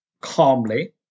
calmly